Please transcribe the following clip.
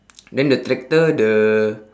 then the tractor the